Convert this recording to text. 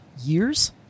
Years